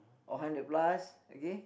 or hundred plus okay